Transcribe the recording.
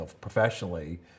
professionally